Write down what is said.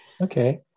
Okay